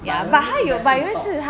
but have he investment in stocks